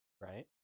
right